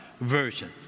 Version